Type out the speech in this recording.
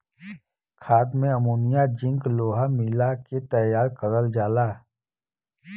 खाद में ammonia zinc लोहा मिला के तैयार करल जाला